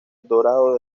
dorado